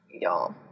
Y'all